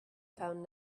found